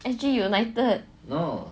S_G united